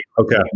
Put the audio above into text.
Okay